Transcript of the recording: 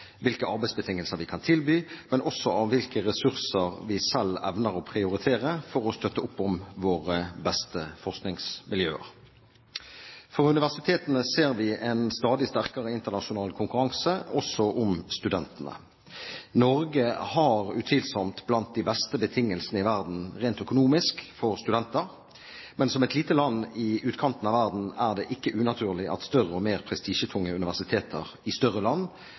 hvilke arbeidsbetingelser vi kan tilby, men også av hvilke ressurser vi selv evner å prioritere for å støtte opp om våre beste forskningsmiljøer. For universitetene ser vi en stadig sterkere internasjonal konkurranse, også om studentene. Norge har utvilsomt blant de beste betingelsene i verden rent økonomisk for studenter, men som et lite land i utkanten av verden er det ikke unaturlig at større og mer prestisjetunge universiteter i større land